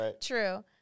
True